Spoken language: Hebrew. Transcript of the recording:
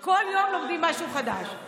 כל יום לומדים משהו חדש.